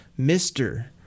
mr